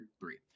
three